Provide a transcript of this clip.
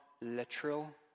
literal